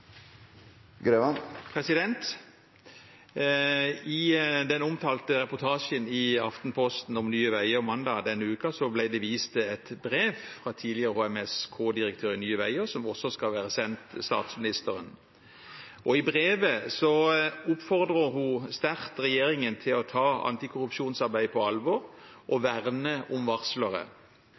den tidligere HMSK-direktøren i Nye Veier som også skal være sendt til statsministeren. I brevet oppfordrer hun sterkt regjeringen til å ta antikorrupsjonsarbeidet på alvor og verne om varslere.